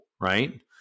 right